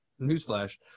newsflash